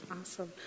Awesome